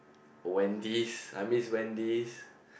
Wendy's I miss Wendy's